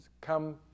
come